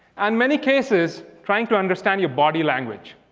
and many cases. trying to understand your body language.